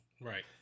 right